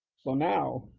so now,